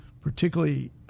particularly